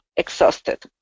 exhausted